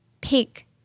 Pick